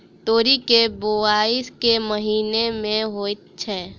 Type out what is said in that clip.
तोरी केँ बोवाई केँ महीना मे होइ छैय?